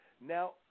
Now